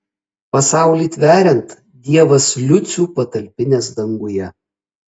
pasaulį tveriant dievas liucių patalpinęs danguje